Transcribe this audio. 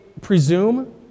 presume